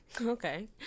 okay